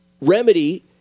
remedy